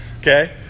okay